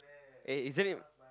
eh isn't it